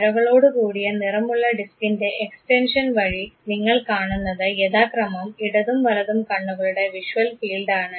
വരകളോടുകൂടിയ നിറമുള്ള ഡിസ്കിൻറെ എക്സ്റ്റൻഷൻ വഴി നിങ്ങൾ കാണുന്നത് യഥാക്രമം ഇടതും വലതും കണ്ണുകളുടെ വിഷ്വൽ ഫീൽഡാണ്